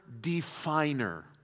definer